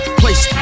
place